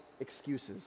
excuses